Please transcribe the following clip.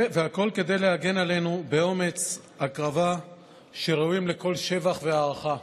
והכול כדי להגן עלינו באומץ והקרבה שראויים לכל שבח והערכה.